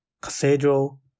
cathedral